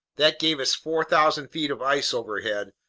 that gave us four thousand feet of ice overhead,